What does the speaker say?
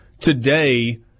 today